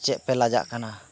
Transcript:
ᱪᱮᱫ ᱯᱮ ᱞᱟᱡᱟᱜ ᱠᱟᱱᱟ